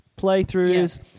playthroughs